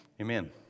Amen